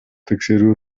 текшерүү